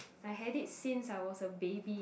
I had it since I was a baby